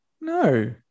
no